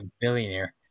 Billionaire